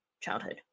childhood